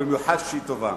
במיוחד כשהיא טובה.